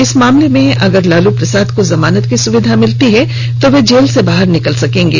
इस मामले में अगर लालू प्रसाद को जमानत की सुविधा मिलती है तो वे जेल से बाहर निकल जाएंगे